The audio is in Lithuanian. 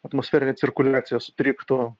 atmosferinė cirkuliacija sutriktų